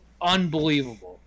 unbelievable